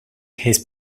his